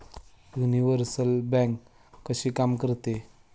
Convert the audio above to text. Universal bank कशी काम करते?